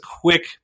quick